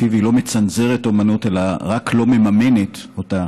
שלפיו היא לא מצנזרת אומנות אלא רק לא מממנת אותה,